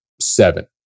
seven